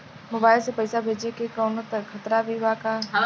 Mobile से पैसा भेजे मे कौनों खतरा भी बा का?